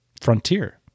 frontier